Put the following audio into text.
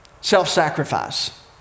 Self-sacrifice